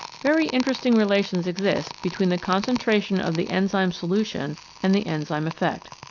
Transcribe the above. very interesting relations exist between the con centration of the enzyme solution and the enzyme effect.